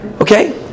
Okay